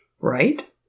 Right